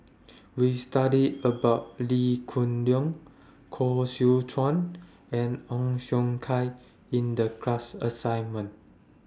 We studied about Lee Hoon Leong Koh Seow Chuan and Ong Siong Kai in The class assignment